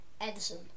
Edison